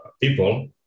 people